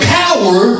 power